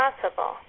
possible